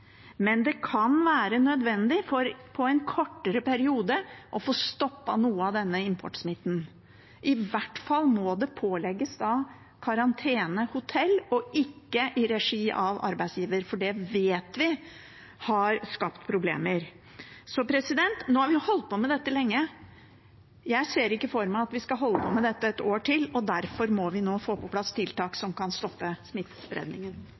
men det kan være nødvendig for i en kortere periode å få stoppet noe av denne importsmitten. I hvert fall må det pålegges karantenehotell og ikke karantene i regi av arbeidsgiver, for det vet vi har skapt problemer. Nå har vi holdt på med dette lenge. Jeg ser ikke for meg at vi skal holde på med det et år til, derfor må vi nå få på plass tiltak som kan stoppe